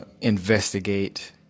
investigate